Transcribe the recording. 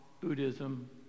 Buddhism